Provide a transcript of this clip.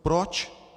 Proč?